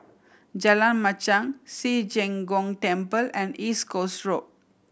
Jalan Machang Ci Zheng Gong Temple and East Coast Road